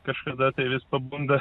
kažkada tai vis pabunda